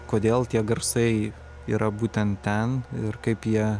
kodėl tie garsai yra būtent ten ir kaip jie